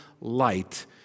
light